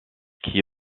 qui